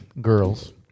girls